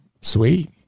Sweet